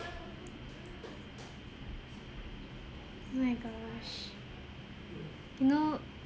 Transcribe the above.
oh my gosh no